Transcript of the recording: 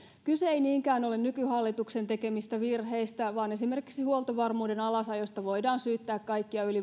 kyse ei niinkään ole nykyhallituksen tekemistä virheistä vaan esimerkiksi huoltovarmuuden alasajosta voidaan syyttää kaikkia yli